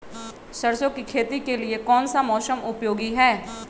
सरसो की खेती के लिए कौन सा मौसम उपयोगी है?